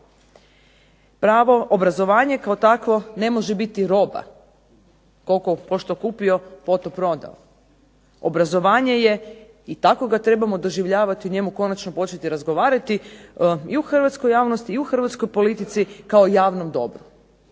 Pravo obrazovanje kao takvo ne može biti roba, koliko, pošto kupio poto prodao. Obrazovanje je i tako ga trebamo doživljavati i o njemu konačno početi razgovarati i u hrvatskoj javnosti i u hrvatskoj politici kao javnom dobru,